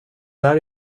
där